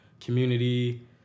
community